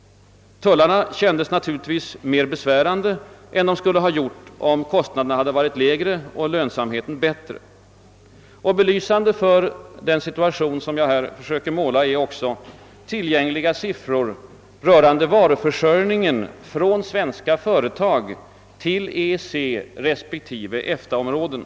Tullarna kändes naturligtvis mer besvärande än de skulle ha gjort om kostnaderna hade varit lägre och lönsamheten bättre. Belysande för den situation jag här försöker måla är också tillgängliga siffror rörande varuförsörjningen från svenska företag till EEC respektive EFTA-områdena.